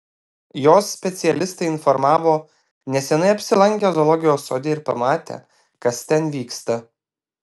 jos specialistai informavo neseniai apsilankę zoologijos sode ir pamatę kas ten vyksta